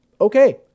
Okay